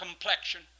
complexion